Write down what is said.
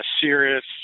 serious